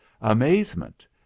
amazement